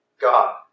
God